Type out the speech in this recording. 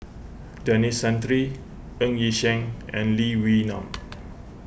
Denis Santry Ng Yi Sheng and Lee Wee Nam